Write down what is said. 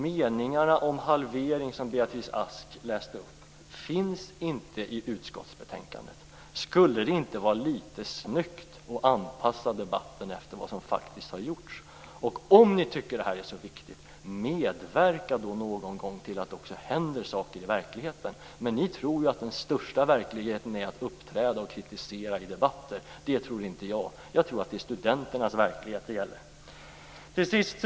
Meningarna om halvering som Beatrice Ask läste upp finns inte i utskottsbetänkandet. Skulle det inte vara litet snyggt att anpassa debatten efter vad som faktiskt har gjorts? Och om ni tycker att det här är så viktigt, medverka då någon gång till att det också händer saker i verkligheten! Ni tror att den största verkligheten är att uppträda och kritisera i debatter. Det tror inte jag. Jag tror att det är studenternas verklighet det gäller.